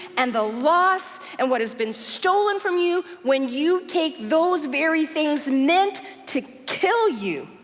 and the loss, and what has been stolen from you, when you take those very things meant to kill you,